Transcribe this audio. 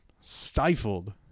stifled